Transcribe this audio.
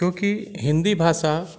क्योंकि हिन्दी भाषा